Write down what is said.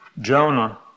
Jonah